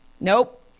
Nope